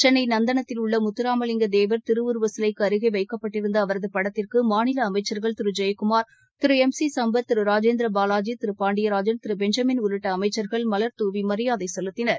சென்னைநந்தனத்தில் உள்ளமுத்தராமலிங்க தேவர் திருவுருவச் சிலைக்குஅருகேவைக்கப்பட்டிருந்தஅவரதுபடத்திற்குமாநில அமைச்சர்கள் திருஜெயக்குமார் திருளம் சிசுப்பத் திருராஜேந்திரபாலாதி திருபாண்டியராஜன் திருபெஞ்சமின் உள்ளிட்டஅமைச்சர்கள் மலர்தூவிமரியாதைசெலுத்தினர்